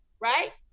right